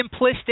simplistic